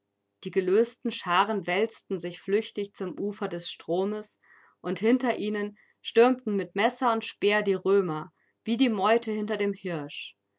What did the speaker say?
die gelösten scharen wälzten sich flüchtig zum ufer des stromes und hinter ihnen stürmten mit messer und speer die römer wie die meute hinter dem hirsch